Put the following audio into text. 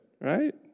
right